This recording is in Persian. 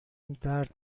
درد